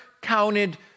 counted